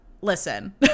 Listen